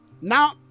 Now